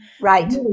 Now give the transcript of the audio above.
right